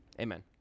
amen